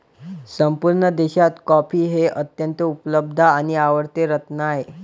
संपूर्ण देशात कॉफी हे अत्यंत उपलब्ध आणि आवडते रत्न आहे